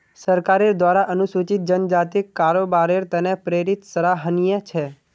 सरकारेर द्वारा अनुसूचित जनजातिक कारोबारेर त न प्रेरित सराहनीय छ